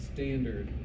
Standard